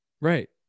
Right